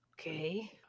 Okay